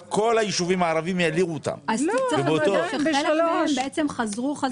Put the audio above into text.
כמעט את כל הישובים הערבים העבירו -- חלק מהם חזרו חזרה.